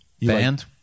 Band